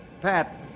Pat